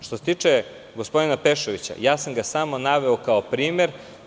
Što se tiče gospodina Pešovića, ja sam ga samo naveo kao primer.